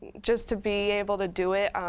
just to be able to do it.